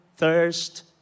thirst